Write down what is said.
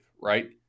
right